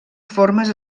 formes